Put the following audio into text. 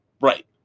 Right